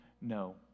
No